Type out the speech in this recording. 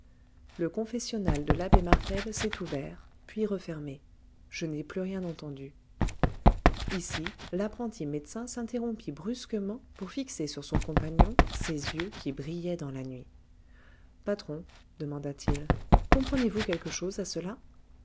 le confessionnal de l'abbé martel s'est ouvert puis refermé je n'ai plus rien entendu ici l'apprenti médecin s'interrompit brusquement pour fixer sur son compagnon ses yeux qui brillaient dans la nuit patron demanda-t-il comprenez-vous quelque chose à cela